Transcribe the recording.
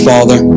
Father